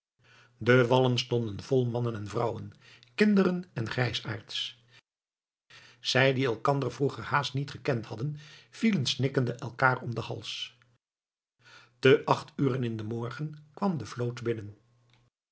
de wallen stonden vol mannen en vrouwen kinderen en grijsaards zij die elkander vroeger haast niet gekend hadden vielen snikkende elkaêr om den hals te acht uren in den morgen kwam de vloot binnen